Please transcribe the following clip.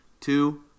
two